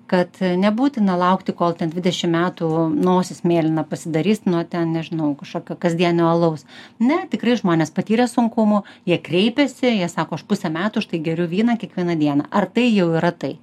kad nebūtina laukti kol ten dvidešim metų nosis mėlyna pasidarys nuo ten nežinau kažkokio kasdienio alaus ne tikrai žmonės patyrė sunkumų jie kreipiasi jie sako aš pusę metų štai geriu vyną kiekvieną dieną ar tai jau yra tai